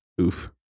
oof